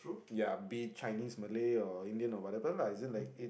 ya be it Chinese Malay or Indian or whatever lah is just that it's